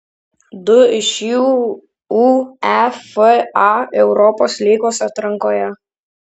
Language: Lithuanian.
du iš jų uefa europos lygos atrankoje